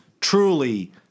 truly